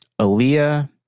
Aaliyah